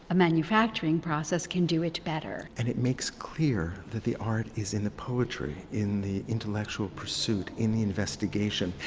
a manufacturing process can do it better. and it makes clear that the art is in the poetry, in the intellectual pursuit, in the investigation,